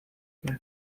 bei